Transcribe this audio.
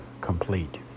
complete